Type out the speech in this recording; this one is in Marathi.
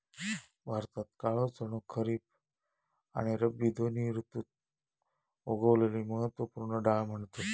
भारतात काळो चणो खरीब आणि रब्बी दोन्ही ऋतुत उगवलेली महत्त्व पूर्ण डाळ म्हणतत